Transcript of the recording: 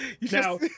now